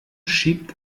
schiebt